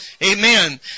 Amen